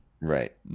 right